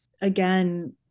again